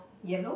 yellow